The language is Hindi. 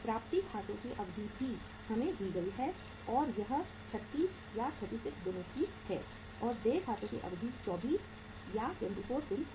प्राप्ति खातों की अवधि भी हमें दी गई है और यह 36 दिनों की है और देय खातों की अवधि 24 दिन है